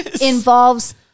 involves